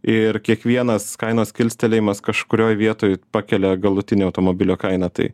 ir kiekvienas kainos kilstelėjimas kažkurioj vietoj pakelia galutinę automobilio kainą tai